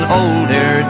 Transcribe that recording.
older